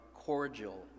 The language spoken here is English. cordial